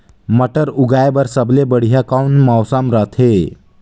मटर उगाय बर सबले बढ़िया कौन मौसम रथे?